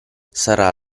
sarà